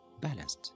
balanced